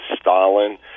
Stalin